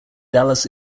dallas